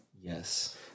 Yes